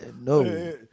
no